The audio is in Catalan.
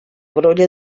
brolla